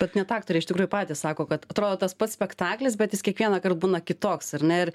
bet net aktoriai iš tikrųjų patys sako kad atrodo tas pats spektaklis bet jis kiekvienąkart būna kitoks ar ne